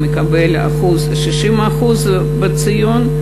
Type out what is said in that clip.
הוא מקבל 60% בציון,